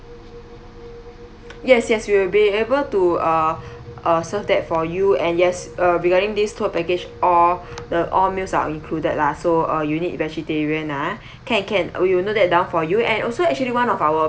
yes yes we will be able to uh uh serve that for you and yes uh regarding this tour package all the all meals are included lah so uh you need vegetarian ah can can we will note that down for you and also actually one of our